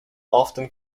often